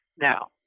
Now